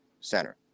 center